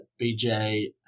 BJ